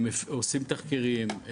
עושים תחקירים,